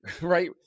Right